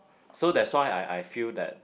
so that's why I I feel that